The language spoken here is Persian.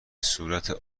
صورت